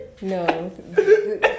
No